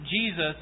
Jesus